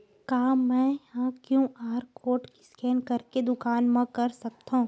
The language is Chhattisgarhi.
का मैं ह क्यू.आर कोड स्कैन करके दुकान मा कर सकथव?